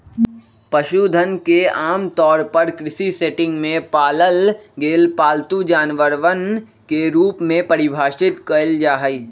पशुधन के आमतौर पर कृषि सेटिंग में पालल गेल पालतू जानवरवन के रूप में परिभाषित कइल जाहई